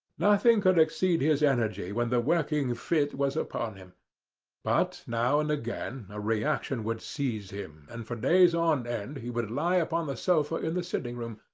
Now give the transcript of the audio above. nothing could exceed his energy when the working fit was upon him but now and again a reaction would seize him, and for days on end he would lie upon the sofa in the sitting-room,